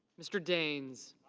mr. daines.